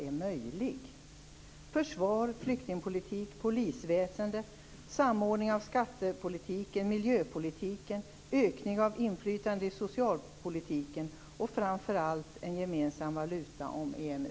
Det gäller försvaret, flyktingpolitiken, polisväsendet, samordning av skattepolitiken, miljöpolitiken, ökat inflytande i socialpolitiken och framför allt en gemensam valuta inom EMU.